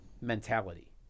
mentality